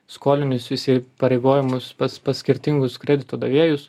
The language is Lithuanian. skolinius įsipareigojimus pas pas skirtingus kredito davėjus